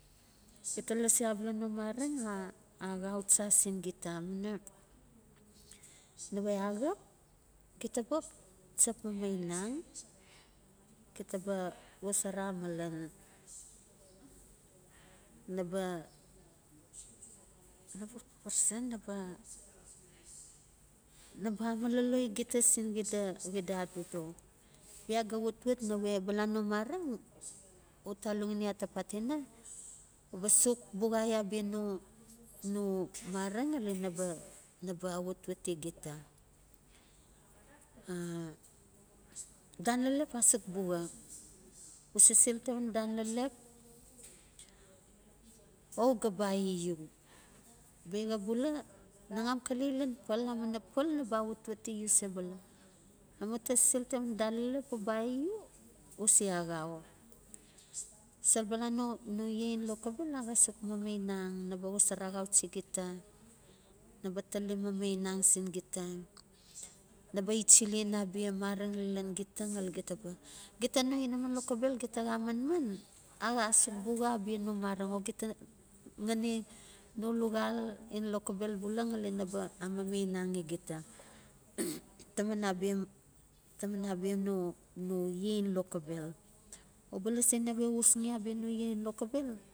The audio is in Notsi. Gita lasi abala no mareng a axau che sin gita amuina nawe axap gita ba xap chap mamainang, gita ba xosora malan naba parase naba naba amololoi gita sin xida xida adodo bia ya ga watwat nawe bala no mareng uta atoxen ya ta patinai uba gok buxai abia no no mareng ngali naba naba awatwat i gita. A den lalap asuk buxa, u sisil taman den lalap o uga bali biaxa bula naxam xale lan pal amuina pal naba awatwat yu sebula, bia mu uta sisil taman dan larap u baii u. u se axau sol bela nono ye a xa suk mamainang naba xosor axau chi gita naba tali mamainang sin gita, naba ichilen abia mareng lalag gita ngali gita ba gita xani no luxal in lokobel bula ngali naba amamainanxi gita taman abia taman abai nono ye, in lokobel, uba lasi nawe u usxl a bia no ye in loxobel.